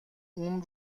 اون